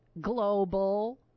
global